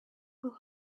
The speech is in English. will